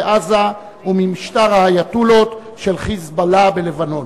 בעזה וממשטר האייטולות של "חיזבאללה" בלבנון.